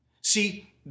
See